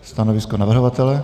Stanovisko navrhovatele?